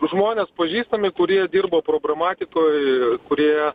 žmonės pažįstami kurie dirbo probramatikoj kurie